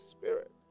Spirit